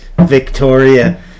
Victoria